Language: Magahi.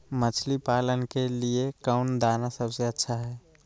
मछली पालन के लिए कौन दाना सबसे अच्छा है?